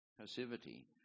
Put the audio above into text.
passivity